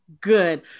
good